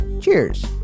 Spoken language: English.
Cheers